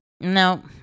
No